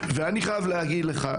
להגיד לך,